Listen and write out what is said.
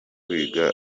kwiga